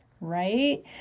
right